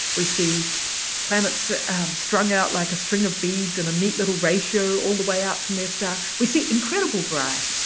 we see planets strung out like a string of beads in a neat little ratio all the way out from their star. we see incredible variety.